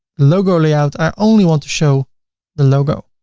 logo layout i only want to show the logo.